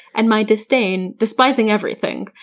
and my disdain, despising everything,